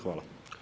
Hvala.